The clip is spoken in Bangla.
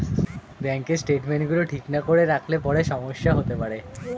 ব্যাঙ্কের স্টেটমেন্টস গুলো ঠিক করে না রাখলে পরে সমস্যা হতে পারে